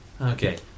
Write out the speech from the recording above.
Okay